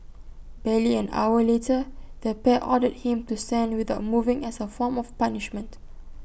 barely an hour later the pair ordered him to stand without moving as A form of punishment